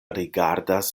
rigardas